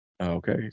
Okay